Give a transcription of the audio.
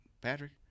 Patrick